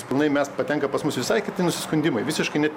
pilnai mes patenka pas mus visai kiti nusiskundimai visiškai net